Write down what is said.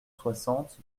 soixante